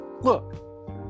look